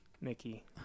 Mickey